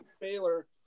Baylor